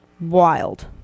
wild